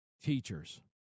Teachers